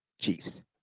Chiefs